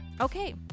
Okay